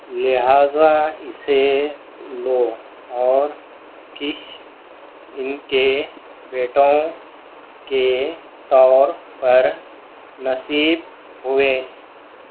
لہذا اسے لو اور کش ان کے بیٹوں کے طور پر نصیب ہوئے